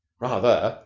rather.